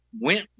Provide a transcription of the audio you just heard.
went